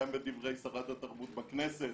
גם בדברי שרת התרבות בכנסת